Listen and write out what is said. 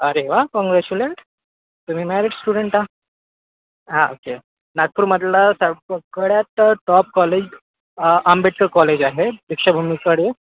अरे वा कोंग्रजुलंन्ट तुम्ही मॅरिट स्टुडेंट आहा ओके नागपूरमधलं सगळ्यात टॉप कॉलेज आंबेडकर कॉलेज आहे दीक्षा भूमीकडे